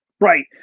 Right